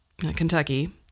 Kentucky